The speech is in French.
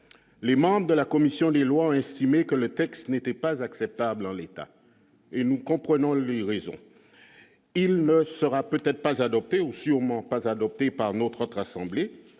les membres de la commission des lois, ont estimé que le texte n'était pas acceptable en l'état et nous comprenons livraison, il ne sera peut-être pas adopter ou sûrement pas adopté par nos trois-quarts